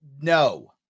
No